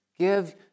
Give